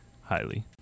highly